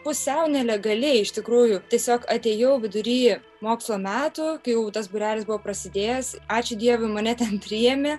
pusiau nelegaliai iš tikrųjų tiesiog atėjau vidury mokslo metų kai jau tas būrelis buvo prasidėjęs ačiū dievui mane ten priėmė